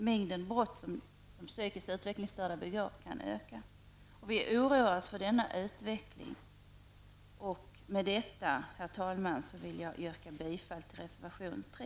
Mängden brott som de psykiskt utvecklingsstörda begår kan öka. Vi oroar oss för denna utveckling. Herr talman! Med detta vill jag yrka bifall till reservation 3.